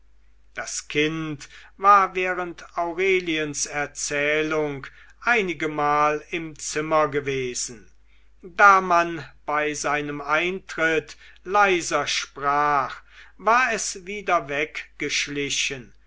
das kind war während aureliens erzählung einigemal im zimmer gewesen da man bei seinem eintritt leiser sprach war es wieder weggeschlichen